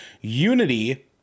Unity